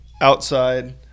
outside